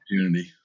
opportunity